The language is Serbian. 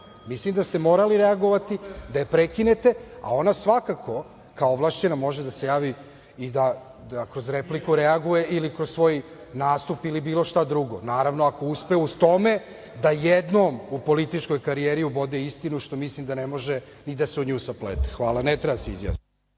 da ste morali reagovati, da je prekinete, a ona svakako kao ovlašćena može da se javi i da kroz repliku reaguje ili kroz svoj nastup ili bilo šta drugo, naravno ako uspe u tome da jednom u političkoj karijeri ubode istinu, što mislim da ne može da se o nju saplete. Hvala, ne treba da se izjasni